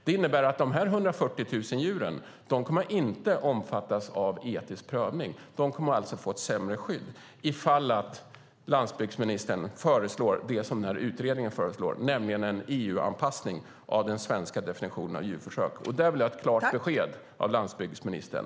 Dessa 140 000 djur kommer alltså inte att omfattas av etisk prövning utan få ett sämre skydd om landsbygdsministern i linje med utredningen föreslår en EU-anpassning av den svenska definitionen av djurförsök. Här vill jag ha ett klart besked av landsbygdsministern.